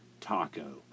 taco